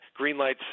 greenlights